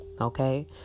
Okay